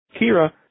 Kira